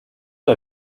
der